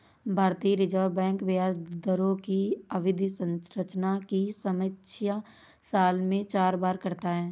भारतीय reserve bank ब्याज दरों की अवधि संरचना की समीक्षा साल में चार बार करता है